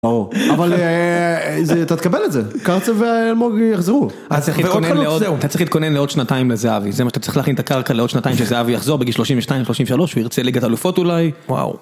אבל אתה תקבל את זה, כרצה והאלמוגי יחזרו, ועוד חנות זהו. אתה צריך להתכונן לעוד שנתיים לזהבי, זה מה שאתה צריך להכין את הקרקע לעוד שנתיים שזהבי יחזור בגיל 32-33 והוא ירצה ליגת אלופות אולי, וואו.